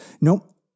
Nope